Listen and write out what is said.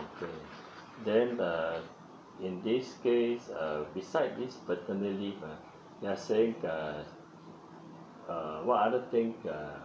okay then err in this case uh beside this paternity leave ah you're saying uh err what other thing uh